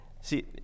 See